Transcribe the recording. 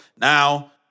Now